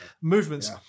movements